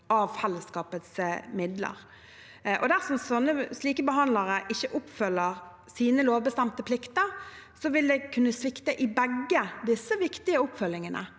av fellesskapets midler. Dersom slike behandlere ikke oppfyller sine lovbestemte plikter, vil det kunne medføre svikt i begge disse viktige oppfølgingene.